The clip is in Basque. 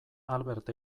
albert